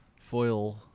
foil